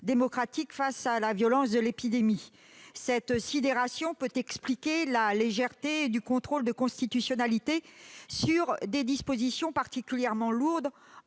démocratique face à la violence de l'épidémie, qui peut expliquer la légèreté du contrôle de constitutionnalité sur des dispositions particulièrement lourdes